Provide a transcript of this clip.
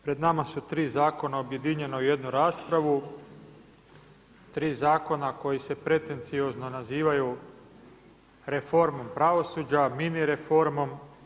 Pred nama su tri zakona objedinjena u jednu raspravu, tri zakona koji se pretenciozno nazivaju reformom pravosuđa, mini reformom.